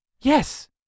Yes